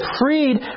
freed